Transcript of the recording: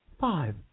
five